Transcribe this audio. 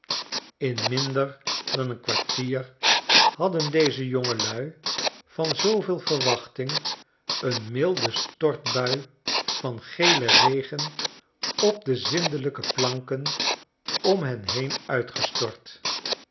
in minder dan een kwartier hadden deze jongelui vanzooveel verwachting een milde stortbui van gelen regen op de zindelijke planken om hen heen uitgestort